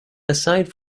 aside